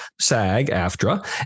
SAG-AFTRA